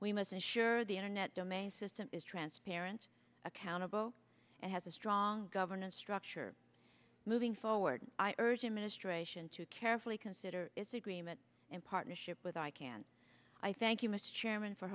we must ensure the internet domain system is transparent accountable and has a strong governance structure moving forward i urge administration to carefully consider its agreement and partnership with icann i thank you mr chairman for